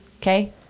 Okay